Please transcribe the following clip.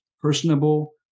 personable